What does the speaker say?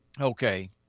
Okay